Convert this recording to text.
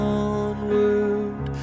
onward